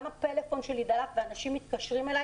הטלפון שלי גם דלף ואנשים מתקשרים אליי